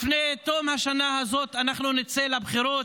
לפני תום השנה הזאת אנחנו נצא לבחירות,